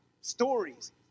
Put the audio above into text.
stories